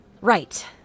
Right